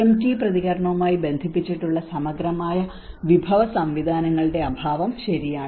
pre എംപ്റ്റീവ് പ്രതികരണവുമായി ബന്ധിപ്പിച്ചിട്ടുള്ള സമഗ്രമായ വിവര സംവിധാനങ്ങളുടെ അഭാവം ശരിയാണ്